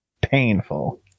Painful